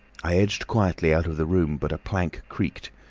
i edged quietly out of the room, but a plank creaked.